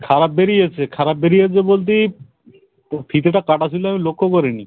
খারাপ বেরিয়েছে খারাপ বেরিয়েছে বলতে এই তো ফিতেটা কাটা ছিল লক্ষ্য করি নি